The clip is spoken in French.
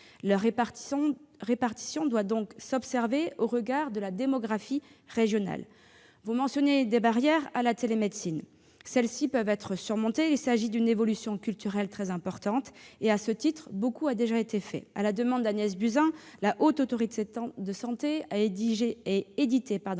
Leur répartition doit donc s'observer au regard de la démographie régionale. Vous mentionnez des barrières à la télémédecine. Celles-ci peuvent être surmontées. Il s'agit d'une évolution culturelle très importante. À ce titre, beaucoup a déjà été fait. À la demande d'Agnès Buzyn, la Haute Autorité de santé a édité